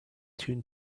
tune